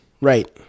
right